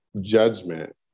judgment